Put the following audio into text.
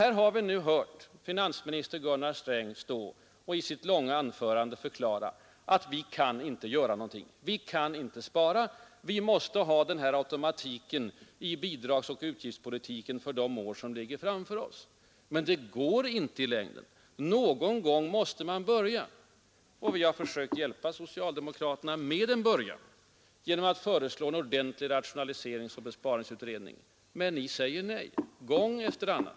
Här har vi nu hört finansminister Gunnar Sträng i ett långt anförande förklara att vi inte kan göra någonting. Vi kan inte spara. Vi måste ha den här automatiken i bidragsoch utgiftspolitiken för de år som ligger framför oss. Men det går inte i längden. Någon gång måste man börja göra något. Vi på vårt håll har försökt hjälpa socialdemokraterna med en början genom att föreslå en ordentlig rationaliseringsoch besparingsutredning, men de säger nej — gång efter annan.